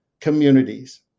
communities